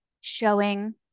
showing